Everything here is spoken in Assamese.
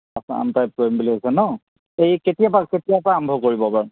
আছাম টাইপ কৰিম বুলি ভাবিছে ন এই কেতিয়াৰপৰা কেতিয়াৰপৰা আৰম্ভ কৰিব বাৰু